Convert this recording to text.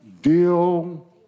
Deal